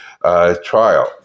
trial